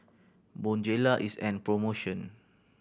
Bonjela is an promotion